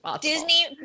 Disney